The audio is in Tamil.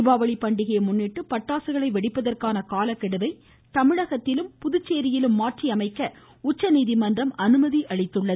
தீபாவளி பண்டிகையை முன்னிட்டு பட்டாசுகளை வெடிப்பதற்கான நேரத்தை தமிழகத்திலும் புதுச்சேரியிலும் மாற்றியமைக்க உச்சநீதிமன்றம் அனுமதி அளித்துள்ளது